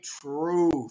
truth